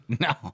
no